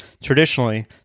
traditionally